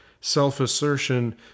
self-assertion